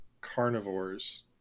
carnivores